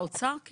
האוצר?